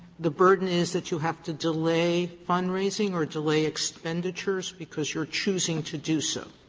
the burden is that you have to delay fund-raising or delay expenditures because you're choosing to do so.